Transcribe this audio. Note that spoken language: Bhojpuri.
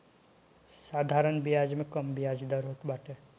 साधारण बियाज में कम बियाज दर होत बाटे